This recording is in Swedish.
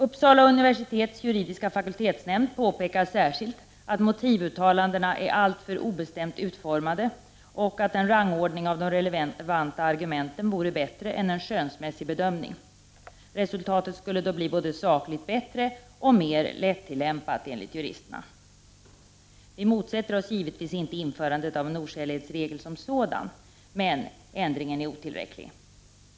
Uppsala universitets juridiska fakultetsnämnd påpekar särskilt att motivuttalandena är alltför obestämt utformade och att en rangordning av de relevanta argumenten vore bättre än en skönsmässig bedömning. Resultatet skulle då bli både sakligt bättre och mer lättillämpat, enligt juristerna. Vi motsätter oss givetvis inte införandet av en oskälighetsregel som sådan, men ändringen är otillräcklig.